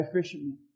fishermen